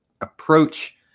approach